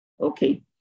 Okay